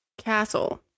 castle